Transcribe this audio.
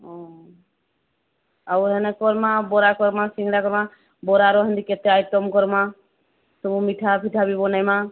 ଆଉ କରିବା ବରା କରିବା ବରାର ସେମତି କେତେ ଆଇଟମ୍ କରିବା ସବୁ ମିଠା ପିଠା ବି ବନେଇବା